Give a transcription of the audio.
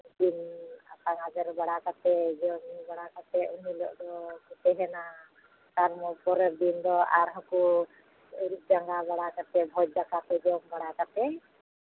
ᱠᱤᱱ ᱟᱛᱟᱝ ᱟᱫᱮᱨ ᱵᱟᱲᱟ ᱠᱟᱛᱮ ᱡᱚᱢ ᱧᱩ ᱵᱟᱲᱟ ᱠᱟᱛᱮ ᱩᱱ ᱦᱤᱞᱳᱜ ᱫᱚ ᱛᱟᱦᱮᱱᱟ ᱛᱟᱨ ᱯᱚᱨᱮᱨ ᱫᱤᱱ ᱫᱚ ᱟᱨ ᱦᱚᱸᱠᱚ ᱟᱹᱨᱩᱵ ᱡᱟᱝᱜᱟ ᱵᱟᱲᱟ ᱠᱟᱛᱮ ᱵᱷᱚᱡ ᱫᱟᱠᱟ ᱠᱚ ᱡᱚᱢ ᱵᱟᱲᱟ ᱠᱟᱛᱮᱜ